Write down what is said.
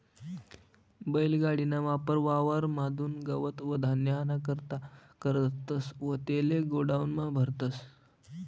बैल गाडी ना वापर वावर म्हादुन गवत व धान्य आना करता करतस व तेले गोडाऊन म्हा भरतस